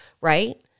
right